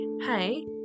hey